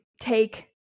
take